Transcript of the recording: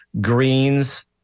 greens